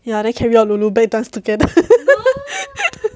ya then carry out Lulu bag dance together